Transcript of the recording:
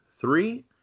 three